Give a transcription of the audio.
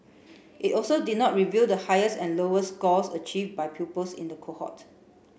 it also did not reveal the highest and lowest scores achieved by pupils in the cohort